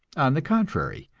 on the contrary,